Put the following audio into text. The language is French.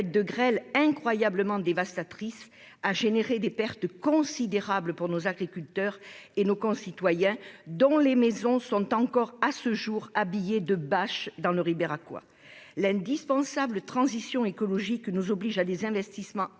de grêle incroyablement dévastatrice a provoqué des pertes considérables pour nos agriculteurs et nos concitoyens, dont les maisons sont encore à ce jour habillées de bâches dans le Ribéracois. L'indispensable transition écologique nous oblige à des investissements importants